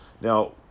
Now